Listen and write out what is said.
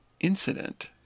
incident